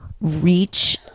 reach